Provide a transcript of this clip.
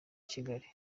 kigali